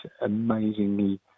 amazingly